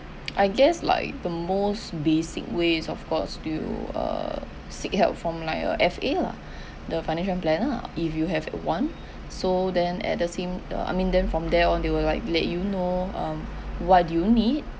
I guess like the most basic ways of course to err seek help from like a F_A lah the financial planner ah if you have one so then at the same uh I mean then from there on they will like let you know um what do you need